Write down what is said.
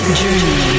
journey